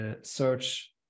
Search